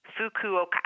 Fukuoka